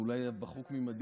אולי בחוק ממדים ללימודים.